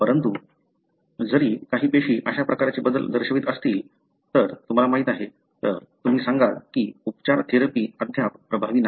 परंतु जरी काही पेशी अशा प्रकारचे बदल दर्शवित असतील तुम्हाला माहिती आहे तर तुम्ही सांगाल की उपचार थेरपी अद्याप प्रभावी नाही